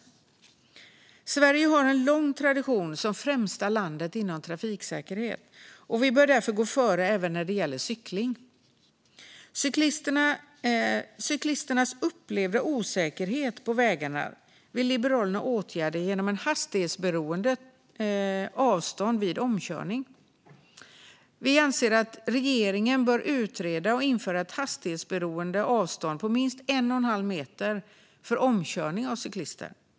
Sverige har en lång tradition som främsta land inom trafiksäkerhet. Vi bör därför gå före även när det gäller cykling. Cyklisternas upplevda osäkerhet på vägarna vill Liberalerna åtgärda genom ett hastighetsberoende avstånd vid omkörning. Regeringen bör utreda och införa ett hastighetsberoende avstånd på minst en och en halv meter för omkörning av cyklister.